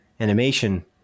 animation